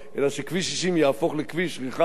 אלא שכביש 60 יהפוך לכביש רחב,